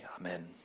amen